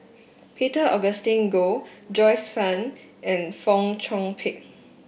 Peter Augustine Goh Joyce Fan and Fong Chong Pik